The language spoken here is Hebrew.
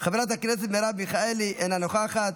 חברת הכנסת מרב מיכאלי, אינה נוכחת,